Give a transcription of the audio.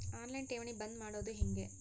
On line ಠೇವಣಿ ಬಂದ್ ಮಾಡೋದು ಹೆಂಗೆ?